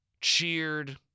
cheered